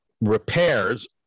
repairs